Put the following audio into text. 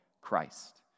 Christ